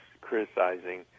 criticizing